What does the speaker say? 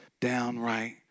downright